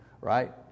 right